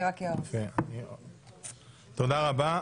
תודה רבה.